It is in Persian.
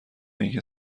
اینکه